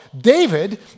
David